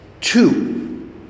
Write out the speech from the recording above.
Two